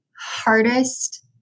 hardest